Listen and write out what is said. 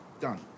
Done